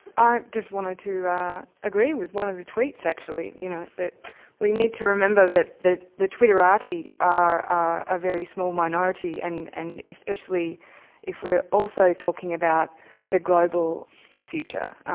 i just wanted to agree with one of the tweets, actually, you know that we need to remember that the the twitterati are a very small minority, and and especially if we're also talking about the global future.